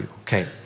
okay